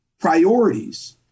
priorities